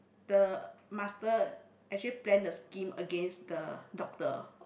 the master actually plan the scheme against the doctor